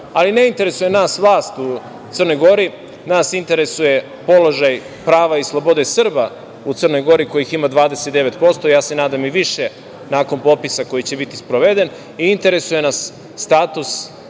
ne interesuje nas vlast u Crnoj Gori, nas interesuje položaj prava i slobode Srba u Crnoj Gori, kojih ima 29%, ja se nadam i više, nakon popisa koji će biti sproveden i interesuje nas status